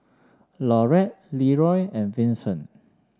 Laurette Leeroy and Vinson